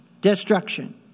destruction